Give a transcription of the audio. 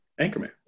anchorman